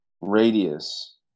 Radius